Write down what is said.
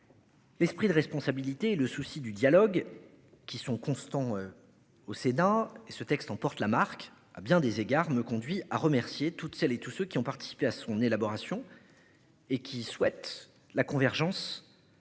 L'esprit de responsabilité et le souci du dialogue, qui sont constants. Au Sénat, ce texte en porte la marque à bien des égards, me conduit à remercier toutes celles et tous ceux qui ont participé à son élaboration. Et qui souhaite la convergence.